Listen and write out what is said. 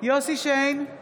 יוסף שיין,